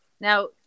Now